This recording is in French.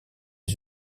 les